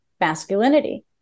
masculinity